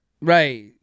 Right